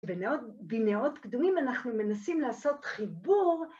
בנאות קדומים אנחנו מנסים לעשות חיבור.